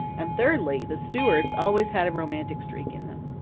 and, thirdly, the stewarts always had a romantic streak in them.